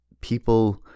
people